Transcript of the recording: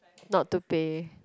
not to pay